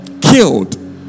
killed